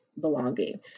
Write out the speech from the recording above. belonging